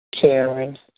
Karen